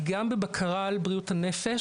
גם בבקרה על בריאות הנפש,